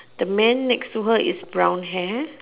the men next to her is brown hair